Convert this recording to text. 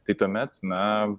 tai tuomet na